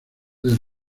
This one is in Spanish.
del